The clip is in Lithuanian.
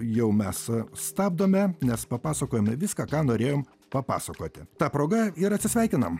jau mes stabdome nes papasakojome viską ką norėjom papasakoti ta proga ir atsisveikinam